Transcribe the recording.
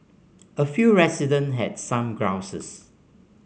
a few resident had some grouses